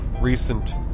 recent